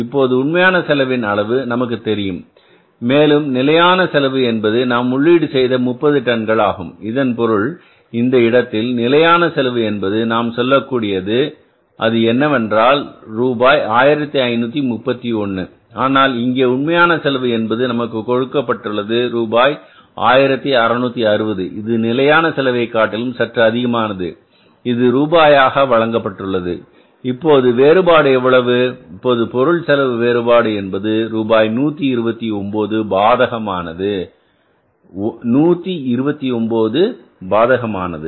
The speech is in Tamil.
இப்போது உண்மையான செலவின் அளவு நமக்கு தெரியும் மேலும் நிலையான செலவு என்பது நாம் உள்ளீடு செய்த 30 டன்கள் ஆகும் இதன் பொருள் இந்த இடத்தில் நிலையான செலவு என்பது நாம் சொல்லக்கூடியது அது என்னவென்றால் ரூபாய் 1531 ஆனால் இங்கே உண்மையான செலவு என்பது நமக்கு கொடுக்கப்பட்டுள்ளது ரூபாய் 1660 இது நிலையான செலவைக் காட்டிலும் சற்று அதிகமானது இது ரூபாயாக வழங்கப்பட்டுள்ளது இப்போது வேறுபாடு எவ்வளவு இப்போது பொருள் செலவு வேறுபாடு என்பது ரூபாய் 129 பாதகமானது 129 பாதகமானது